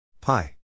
Pi